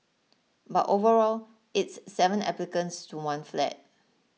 but overall it's seven applicants to one flat